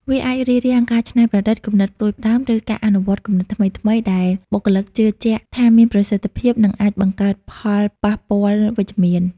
វាអាចរារាំងការច្នៃប្រឌិត គំនិតផ្តួចផ្តើម ឬការអនុវត្តគំនិតថ្មីៗដែលបុគ្គលិកជឿជាក់ថាមានប្រសិទ្ធភាព និងអាចបង្កើតផលប៉ះពាល់វិជ្ជមាន។